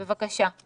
בבקשה.